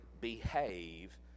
behave